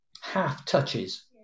half-touches